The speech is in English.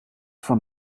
from